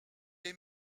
est